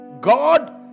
God